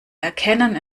erkennen